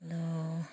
ꯑꯗꯨ